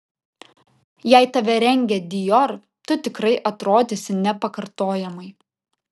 jei tave rengia dior tu tikrai atrodysi nepakartojamai